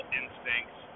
instincts